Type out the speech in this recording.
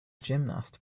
gymnast